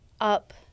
up